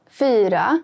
fyra